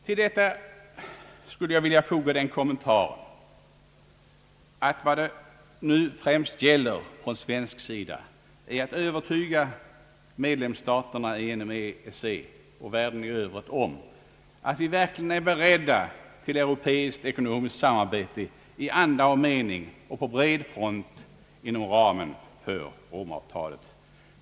Till detta skulle jag vilja foga den kommentaren, att vad det nu främst gäller från svensk sida är att övertyga medlemsstaterna inom EEC och världen i övrigt om att vi verkligen är beredda till europeiskt ekonomiskt samarbete i anda och mening och på bred front inom ramen för Romavtalet.